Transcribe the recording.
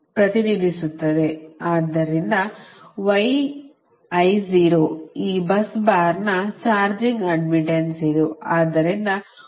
ಆದ್ದರಿಂದ ಈ bus ಬಾರ್ನ ಚಾರ್ಜಿಂಗ್ ಅಡ್ಡ್ಮಿಟ್ಟನ್ಸ್ ಇದು